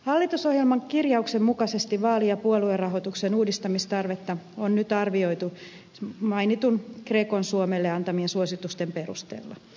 hallitusohjelman kirjauksen mukaisesti vaali ja puoluerahoituksen uudistamistarvetta on nyt arvioitu mainittujen grecon suomelle antamien suositusten perusteella